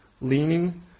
leaning